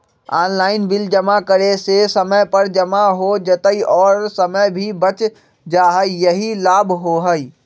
Online bill जमा करे से समय पर जमा हो जतई और समय भी बच जाहई यही लाभ होहई?